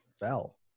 fell